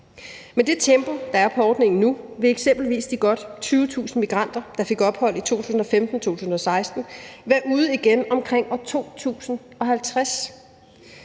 Med det tempo, der er på ordningen nu, vil eksempelvis de godt 20.000 migranter, der fik ophold i 2015 og 2016, være ude igen omkring år 2050;